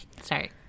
Sorry